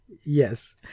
Yes